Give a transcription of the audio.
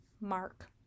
Mark